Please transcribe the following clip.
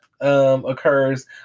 occurs